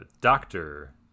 doctor